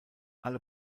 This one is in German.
alle